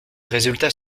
résultats